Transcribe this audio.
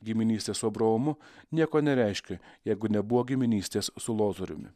giminystė su abraomu nieko nereiškė jeigu nebuvo giminystės su lozoriumi